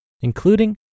including